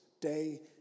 day